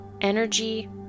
energy